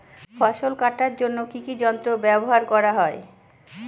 ফসল কাটার জন্য কি কি যন্ত্র ব্যাবহার করা হয়?